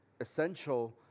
essential